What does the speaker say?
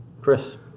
Chris